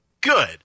Good